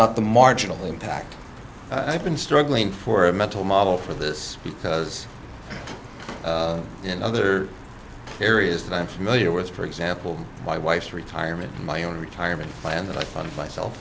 not the marginal impact i've been struggling for a mental model for this because in other areas that i'm familiar with for example my wife's retirement my own retirement plan that i found